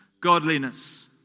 godliness